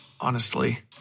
honestly